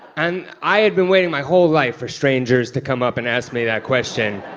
and i had been waiting my whole life for strangers to come up and ask me that question.